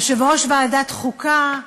יושב-ראש ועדת חוקה,